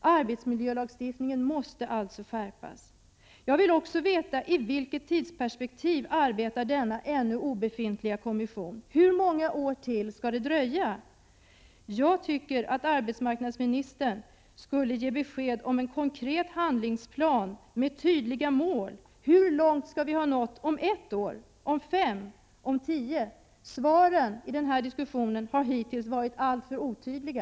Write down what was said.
Arbetsmiljölagstiftningen måste alltså skärpas. Jag vill också veta i vilket tidsperspektiv den ännu obefintliga kommissionen arbetar. Hur många år till skall det dröja? Jag tycker att arbetsmarknadsministern skall presentera en konkret handlingsplan med tydliga mål. Hur långt skall vi ha nått om ett år, om fem och om tio? Svaren i denna diskussion har hittills varit alltför otydliga.